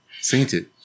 Sainted